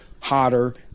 hotter